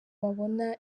babona